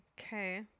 Okay